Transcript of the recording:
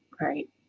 right